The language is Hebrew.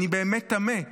אני באמת תמה: